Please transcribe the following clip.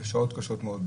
בשעות קשות מאוד,